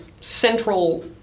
central